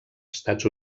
estats